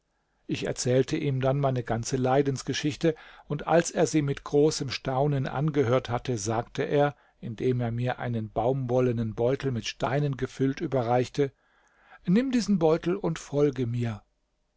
ich erzählte ihm dann meine ganze leidensgeschichte und als er sie mit großem erstaunen angehört hatte sagte er indem er mir einen baumwollenen beutel mit steinen gefüllt überreichte nimm diesen beutel und folge mir